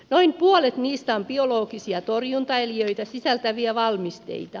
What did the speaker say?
noin puolet niistä on biologisia torjuntaeliöitä sisältäviä valmisteita